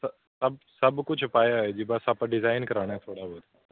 ਸ ਸਭ ਸਭ ਕੁਝ ਪਾਇਆ ਹੈ ਜੀ ਬਸ ਆਪਾਂ ਡਿਜ਼ਾਇਨ ਕਰਾਉਣਾ ਹੈ ਥੋੜ੍ਹਾ ਬਹੁਤ